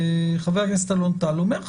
וחבר הכנסת אלון טל אומרים: